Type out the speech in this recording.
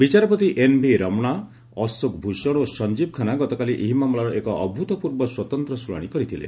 ବିଚାରପତି ଏନ୍ଭି ରମଣା ଅଶୋକ ଭୂଷଣ ଓ ସଂଜୀବ ଖାନ୍ଧା ଗତକାଲି ଏହି ମାମଲାର ଏକ ଅଭୂତପୂର୍ବ ସ୍ୱତନ୍ତ୍ର ଶୁଣାଣି କରିଥିଲେ